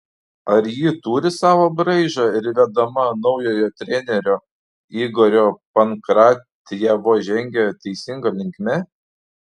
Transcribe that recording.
ar ji turi savo braižą ir vedama naujojo trenerio igorio pankratjevo žengia teisinga linkme